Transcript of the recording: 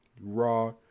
Raw